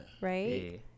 right